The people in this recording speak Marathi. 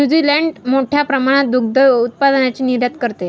न्यूझीलंड मोठ्या प्रमाणात दुग्ध उत्पादनाची निर्यात करते